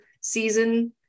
season